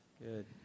Good